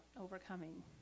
overcoming